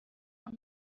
one